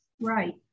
Right